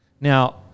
Now